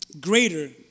greater